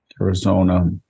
Arizona